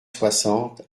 soixante